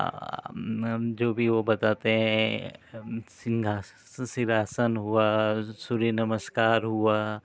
जो भी हो बताते हैं सिंहासन सिंहासन हुआ सूर्य नमस्कार हुआ